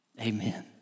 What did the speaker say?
Amen